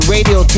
Radio